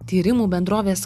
tyrimų bendrovės